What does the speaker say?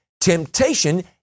Temptation